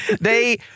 They-